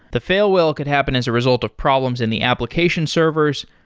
the fail whale could happen as a result of problems in the applications servers,